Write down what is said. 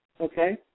okay